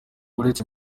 uretse